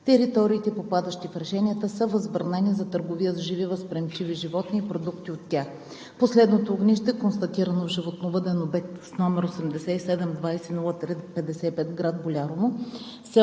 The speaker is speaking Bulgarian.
Териториите, попадащи в решенията, са възбранени за търговия с живи, възприемчиви животни и продукти от тях. Последното огнище, констатирано в животновъден обект с № 8720055, в град Болярово